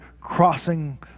crossing